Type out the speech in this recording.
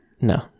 No